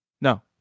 No